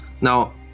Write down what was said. Now